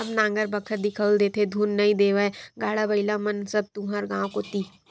अब नांगर बखर दिखउल देथे धुन नइ देवय गाड़ा बइला मन सब तुँहर गाँव कोती